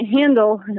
handle